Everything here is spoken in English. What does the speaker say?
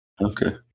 Okay